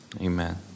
amen